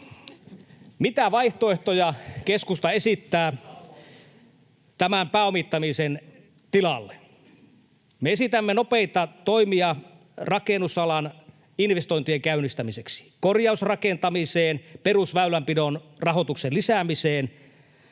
Mitä vaihtoehtoja keskusta esittää tämän pääomittamisen tilalle? Me esitämme nopeita toimia rakennusalan investointien käynnistämiseksi: korjausrakentamiseen, perusväylänpidon rahoituksen lisäämiseen